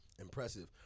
impressive